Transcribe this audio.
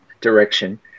direction